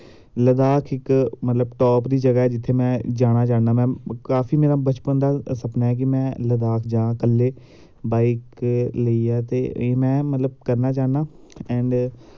लद्दाख इक टॉप दी जगह ऐ जित्थें मैं जाना चाह्न्नां मैं काफी मेरा बचपन दा सपना ऐ कि मैं लद्दाख जां कल्ले ब़ईक लेइयै ते एह् मैं मतलव करना चाह्न्नां ऐंड